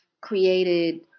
created